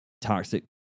toxic